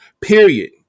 period